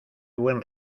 buen